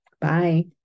Bye